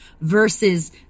versus